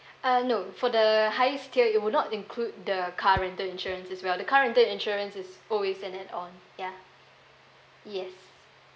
uh no for the highest tier it would not include the car rental insurance as well the car rental insurance is always an add on ya yes